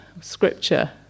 scripture